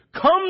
Come